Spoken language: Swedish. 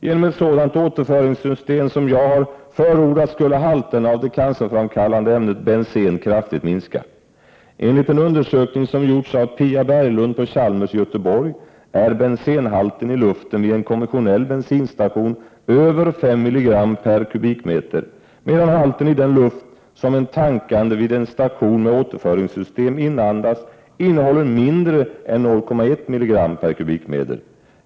Genom ett sådant återföringssystem som jag har förordat skulle halterna av det cancerframkallande ämnet bensen kraftigt minska. Enligt en undersökning som gjorts av Pia Berglund på Chalmers i Göteborg är bensenhalten i luften vid en konventionell bensinstation över 5 mg m?!